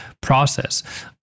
process